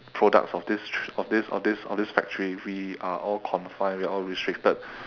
products of this st~ of this of this of this factory we are all confined we are all restricted